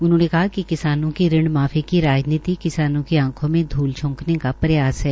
उन्होंने कहा कि किसानों को ऋण माफी की राजनीति किसानों की आंखों में धूल झोंकने का प्रयास है